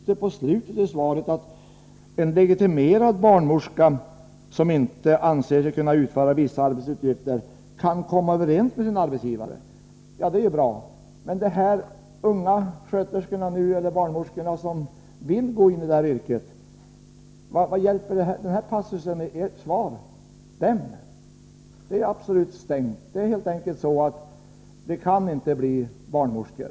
Men i slutet av svaret antyds att en legitimerad barnmorska som inte anser sig kunna utföra vissa arbetsuppgifter kan komma överens med sin arbetsgivare. Ja, det är bra. Men vad hjälper det de unga sjuksköterskor eller barnmorskor som vill börja i det här yrket? Det är ju absolut stängt för dem. De kan helt enkelt inte bli barnmorskor.